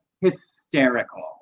hysterical